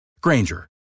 Granger